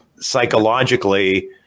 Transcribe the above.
psychologically